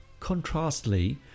contrastly